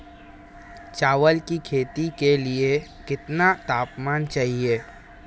चावल की खेती के लिए कितना तापमान चाहिए?